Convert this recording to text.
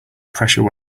pressure